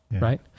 Right